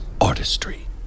artistry